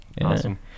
Awesome